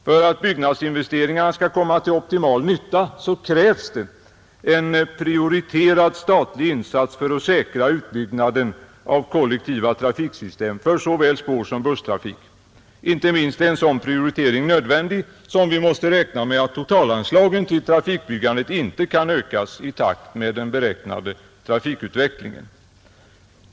För att byggnadsinvesteringarna skall komma till optimal nytta krävs det en prioriterad statlig insats för att säkra utbyggnaden av kollektiva trafiksystem för såväl spårsom busstrafik. Inte minst är en sådan prioritering nödvändig då vi måste räkna med att totalanslagen till trafikbyggandet inte kan ökas i takt med den beräknade trafikutvecklingen.